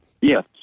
Yes